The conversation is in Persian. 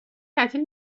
تعطیل